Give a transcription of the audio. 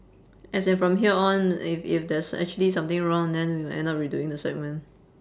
as in from here on if if there's actually something wrong then we willll end up redoing the segment